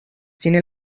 tienen